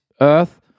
earth